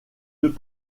deux